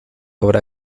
obra